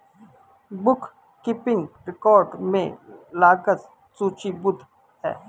book keeping record में लागत सूचीबद्ध है